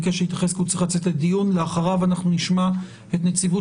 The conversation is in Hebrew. ביקש להתייחס כי הוא צריך לצאת לדיון ואחריו נשמע את נציבות